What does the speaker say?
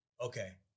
Okay